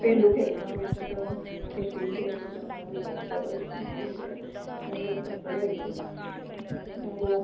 ਪੇਂਡੂ ਖੇਤਰਾਂ ਵਿੱਚ ਅ ਖੇਤੀ ਦੇ ਦੌਰਾਨ ਵੀ ਬਹੁਤ ਜ਼ਿਆਦਾ ਇਸਤੇਮਾਲ ਹੁੰਦੇ ਹੈ ਇਹ ਜਿਹੜੇ ਫ਼ਸਲ ਹੈਗੇ ਹੈ ਮੈਂਗੋ